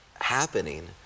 Happening